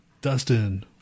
Dustin